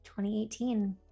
2018